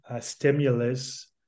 stimulus